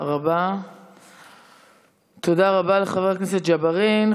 תודה רבה לחבר הכנסת ג'בארין.